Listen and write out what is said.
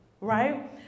right